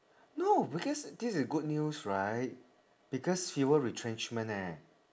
no because this is good news right because fewer retrenchment eh